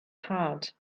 hard